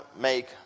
make